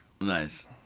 Nice